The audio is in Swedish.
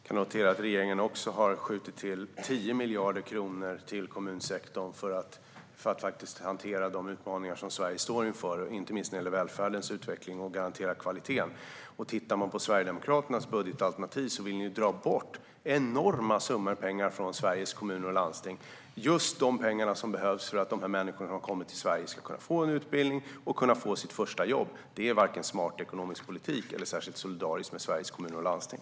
Herr talman! Man kan notera att regeringen även har skjutit till 10 miljarder kronor till kommunsektorn för att hantera de utmaningar Sverige står inför, inte minst när det gäller välfärdens utveckling och att garantera kvaliteten. Tittar man på Sverigedemokraternas budgetalternativ ser man ju att de vill dra bort enorma summor pengar från Sveriges kommuner och landsting - just de pengar som behövs för att de människor som har kommit till Sverige ska kunna få en utbildning och få sitt första jobb. Det är varken en smart ekonomisk politik eller särskilt solidariskt med Sveriges kommuner och landsting.